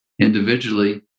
individually